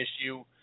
issue